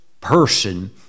person